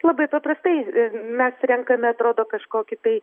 labai paprastai mes renkame atrodo kažkokį tai